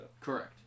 Correct